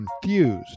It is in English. confused